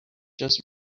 just